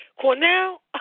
Cornell